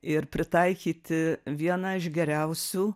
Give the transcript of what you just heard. ir pritaikyti vieną iš geriausių